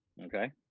okay